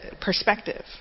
perspective